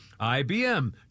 IBM